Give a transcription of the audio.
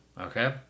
okay